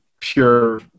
pure